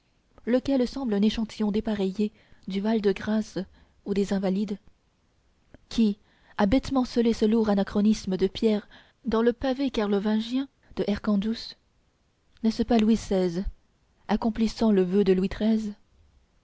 lequel semble un échantillon dépareillé du val-de-grâce ou des invalides qui a bêtement scellé ce lourd anachronisme de pierre dans le pavé carlovingien de hercandus n'est-ce pas louis xiv accomplissant le voeu de louis